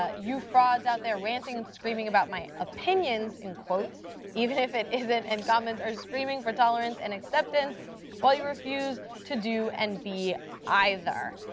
ah you frauds out there ranting and screaming about my opinions. in quotes even if it isn't and comments are screaming for tolerance and acceptance while you refuse to do and be either.